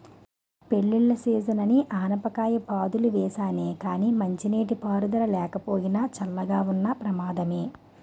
పెళ్ళిళ్ళ సీజనని ఆనపకాయ పాదులు వేసానే గానీ మంచినీటి పారుదల లేకపోయినా, చల్లగా ఉన్న ప్రమాదమే